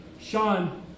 Sean